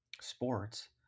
sports